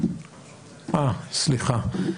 אה, סליחה.